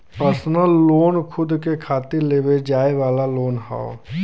personal loan खुद के खातिर लेवे जाये वाला लोन हौ